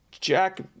Jack